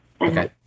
Okay